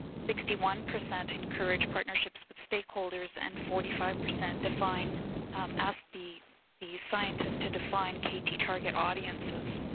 sixty one percent encourage partnerships with stakeholders and forty five percent define ask the the scientist to define kt target audiences.